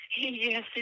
Yes